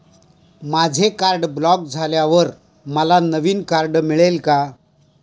माझे card block झाल्यावर मला नवीन कार्ड मिळेल का?